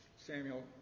Samuel